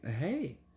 Hey